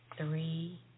three